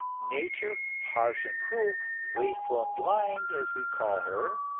nature, harsh and cruel, wasteful and blind as we call her,